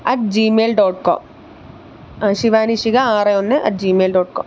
at Gmail dot com ആ ശിവാനി ശിഖ ആറ് ഒന്ന് അറ്റ് ജിമെയിൽ ഡോട്ട് കോം